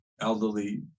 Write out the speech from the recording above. elderly